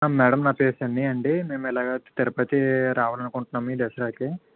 madam నా పేరు సన్నీ అండి మేము ఇలాగ తిరుపతీ రావాలనుకుంటున్నాము ఈ దసరాకి